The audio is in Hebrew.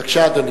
בבקשה, אדוני.